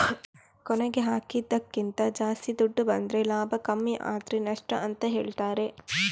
ಕೊನೆಗೆ ಹಾಕಿದ್ದಕ್ಕಿಂತ ಜಾಸ್ತಿ ದುಡ್ಡು ಬಂದ್ರೆ ಲಾಭ ಕಮ್ಮಿ ಆದ್ರೆ ನಷ್ಟ ಅಂತ ಹೇಳ್ತಾರೆ